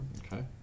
Okay